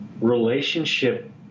relationship